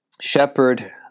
shepherd